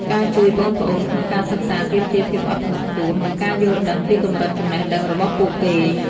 ការជួយប្អូនៗក្នុងការសិក្សាទាមទារភាពអត់ធ្មត់ខ្ពស់ និងការយល់ដឹងពីកម្រិតចំណេះដឹងរបស់ពួកគេ។